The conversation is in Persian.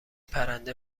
پرنده